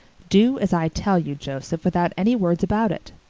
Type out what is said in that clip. do as i tell you, joseph, without any words about it.